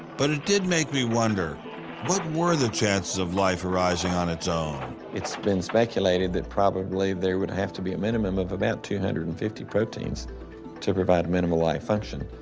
but it did make me wonder what were the chances of life arising on its own? bradley it's been speculated that probably there would have to be a minimum of about two hundred and fifty proteins to provide minimal life function.